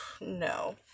No